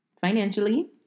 financially